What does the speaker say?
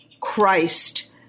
christ